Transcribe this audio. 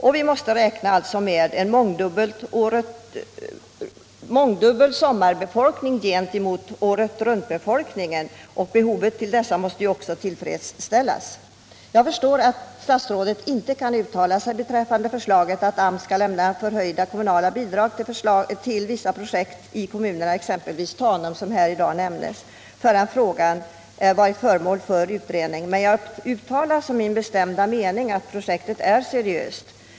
Vidare måste vi räkna med en mångdubblad sommarbefolkning i jämförelse med åretruntbefolkningen. Dess vattenbehov måste också tillfredsställas. Jag förstår att statsrådet inte kan uttala sig beträffande förslaget att AMS skall lämna förhöjda statliga bidrag till vissa projekt i kommunerna, exempelvis Tanum som nämnts här i dag, förrän frågan varit föremål för utredning. Men jag uttalar som min bestämda mening att projektet är seriöst.